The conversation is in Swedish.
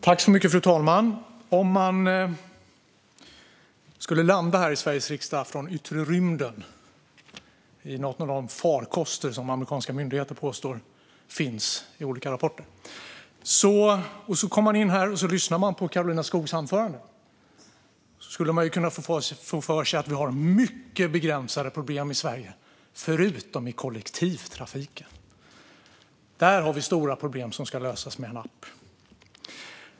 Fru talman! Om man landade här i Sveriges riksdag från yttre rymden i någon av de farkoster som amerikanska myndigheter i olika rapporter påstår finns och lyssnade på Karolina Skogs anförande skulle man kunna få för sig att vi har mycket begränsade problem i Sverige - förutom i kollektivtrafiken. Där har vi stora problem, som ska lösas med en app.